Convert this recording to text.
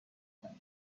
کنین